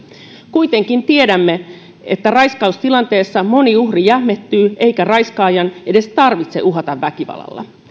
kuitenkin tiedämme että raiskaustilanteessa moni uhri jähmettyy eikä raiskaajan edes tarvitse uhata väkivallalla